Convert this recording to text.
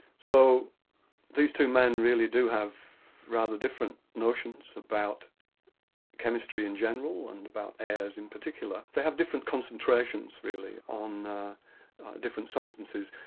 so these two men really do have rather different notions about chemistry in general and about airs in particular. they have different concentrations really on different substances.